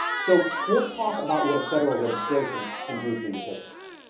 so, we'll talk about what a federal registration can do for your business.